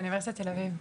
באוניברסיטת תל אביב,